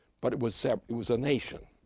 but it was so it was a nation.